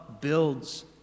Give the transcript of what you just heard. builds